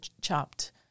chopped